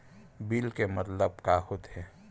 Bill के मतलब का होथे?